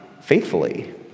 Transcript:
faithfully